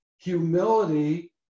Humility